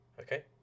Okay